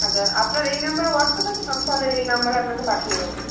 আচ্চা আপনার এই নাম্বারে ওয়াটস্যাপ আছে তো আমি তাহলে এই নাম্বারে আপনাকে পাঠিয়ে দেবো